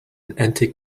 antique